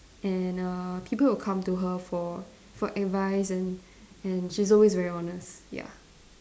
and err people will come to her for for advice and and she's always very honest ya